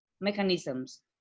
mechanisms